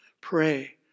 Pray